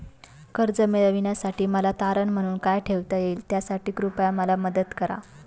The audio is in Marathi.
कर्ज मिळविण्यासाठी मला तारण म्हणून काय ठेवता येईल त्यासाठी कृपया मला मदत करा